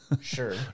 Sure